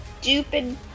stupid